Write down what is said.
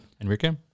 Enrique